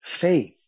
faith